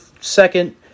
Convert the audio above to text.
second